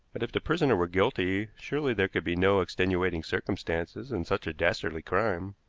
but if the prisoner were guilty surely there could be no extenuating circumstances in such a dastardly crime.